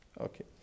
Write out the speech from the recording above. Okay